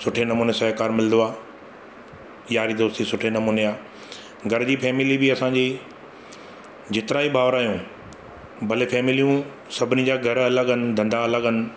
सुठे नमूने सहकारु मिलंदो आहे यारी दोस्ती सुठे नमूने आहे घर जी फैमिली बि असांजी जेतिरा ई भाउर आहियूं भले फैमिलियूं सभिनी जा घर अलॻि आहिनि धंदा अलॻि आहिनि